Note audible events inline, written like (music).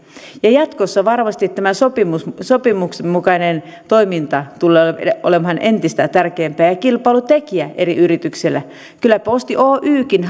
jatkossa varmasti tämä sopimuksen sopimuksen mukainen toiminta tulee olemaan vielä entistä tärkeämpää ja ja kilpailutekijä eri yrityksillä kyllä posti oykin (unintelligible)